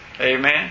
Amen